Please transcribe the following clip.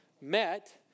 Met